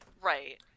Right